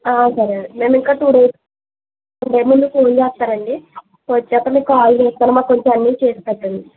సరే మేము ఇంకా టూ డేస్లో బయల్దేరే ముందు ఫోన్ చేస్తామండి వచ్చాక మీకు కాల్ చేస్తాను మాకు కొంచెం అన్నీ చేసి పెట్టండి